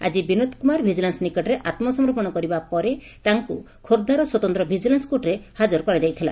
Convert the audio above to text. ଆକି ବିନୋଦ କୁମାର ଭିକିଲାନ୍ୱ ନିକଟରେ ଆତ୍କସମର୍ପଣ କରିବା ପରେ ତାଙ୍ଙୁ ଖୋର୍ବ୍ଧାର ସ୍ୱତନ୍ତ ଭିକିଲାନ୍ କୋର୍ଟରେ ହାଜାର କରାଯାଇଥିଲା